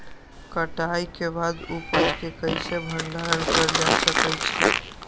कटाई के बाद उपज के कईसे भंडारण कएल जा सकई छी?